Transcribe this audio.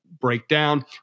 breakdown